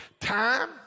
time